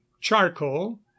charcoal